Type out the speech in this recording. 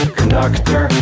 conductor